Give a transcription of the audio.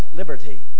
liberty